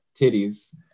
titties